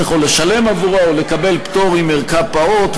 צריך או לשלם עבורה או לקבל פטור אם ערכה פעוט.